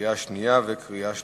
לקריאה שנייה וקריאה שלישית.